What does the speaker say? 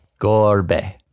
Gorbe